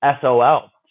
SOL